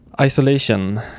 Isolation